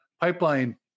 Pipeline